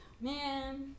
Man